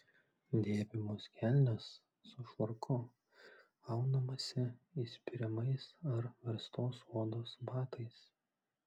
dėvimos kelnės su švarku aunamasi įspiriamais ar verstos odos batais